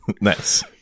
nice